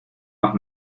más